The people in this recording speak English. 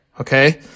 Okay